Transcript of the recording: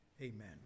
amen